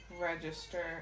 register